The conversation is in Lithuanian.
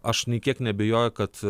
aš nė kiek neabejoju kad